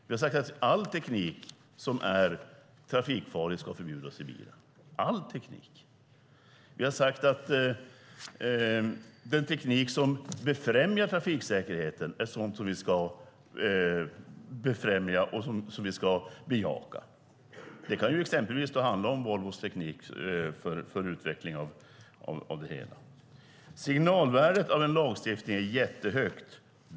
Vi har sagt att all teknik som är trafikfarlig ska förbjudas i bilen - all teknik. Vi har sagt att den teknik som främjar trafiksäkerheten är sådant som vi ska bejaka. Det kan exempelvis handla om Volvos teknik för utveckling. Signalvärdet av en lagstiftning är jättehögt.